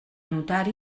anotar